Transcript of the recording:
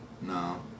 No